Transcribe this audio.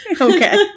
Okay